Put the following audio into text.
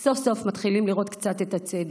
סוף-סוף מתחילים לראות קצת את הצדק.